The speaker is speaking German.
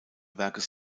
werkes